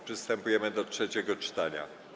Przystępujemy do trzeciego czytania.